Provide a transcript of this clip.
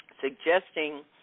suggesting